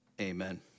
amen